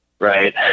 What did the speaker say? right